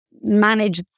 manage